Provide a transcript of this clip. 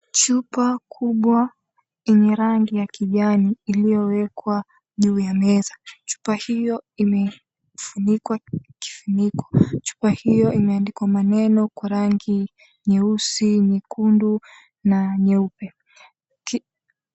Chupa kubwa yenye rangi ya kijani iliyowekwa juu ya meza. Chupa hiyo imefunikwa kifuniko. Chupa hiyo imeandikwa maneno kwa rangi nyeusi, nyekundu na nyeupe.